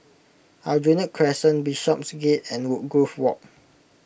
Aljunied Crescent Bishopsgate and Woodgrove Walk